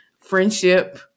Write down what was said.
friendship